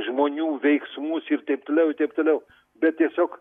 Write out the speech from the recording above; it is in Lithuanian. žmonių veiksmus ir taip toliau i taip toliau bet tiesiog